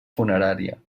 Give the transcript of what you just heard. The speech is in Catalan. funerària